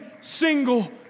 single